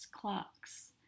clocks